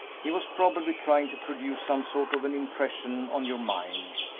he was probably trying to produce some sort of an impression on your mind,